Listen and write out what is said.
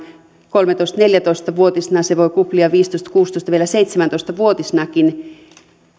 kolmetoista viiva neljätoista vuotisena se voi kuplia viisitoista kuusitoista ja vielä seitsemäntoista vuotisenakin